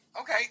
Okay